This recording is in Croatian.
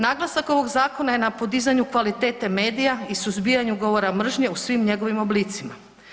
Naglasak ovog zakona je na podizanju kvalitete medija i suzbijanju govora mržnje u svim njegovim oblicima.